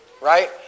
right